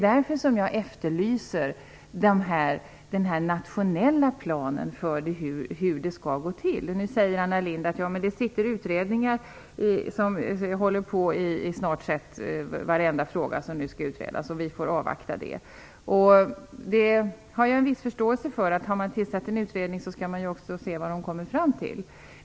Därför efterlyser jag en nationell plan för hur det skall gå till. Nu säger Anna Lindh att det sitter utredningar i snart sett varenda fråga och att vi får avvakta. Det har jag en viss förståelse för. Har man tillsatt en utredning skall man också se vad den kommer fram till.